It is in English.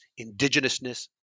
indigenousness